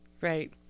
Right